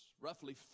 roughly